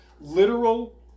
literal